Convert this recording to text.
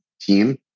team